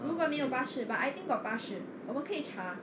如果没有巴士 but I think got 巴士我们可以查